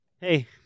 Hey